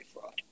fraud